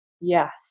Yes